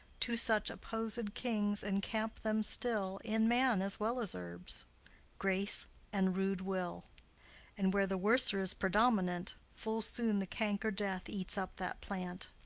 two such opposed kings encamp them still in man as well as herbs grace and rude will and where the worser is predominant, full soon the canker death eats up that plant.